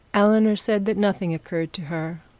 eleanor said that nothing occurred to her,